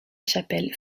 chapelle